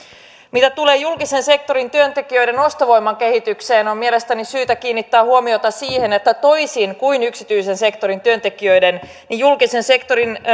mitä tulee julkisen sektorin työntekijöiden ostovoiman kehitykseen on mielestäni syytä kiinnittää huomiota siihen että toisin kuin yksityisen sektorin työntekijöiden julkisen sektorin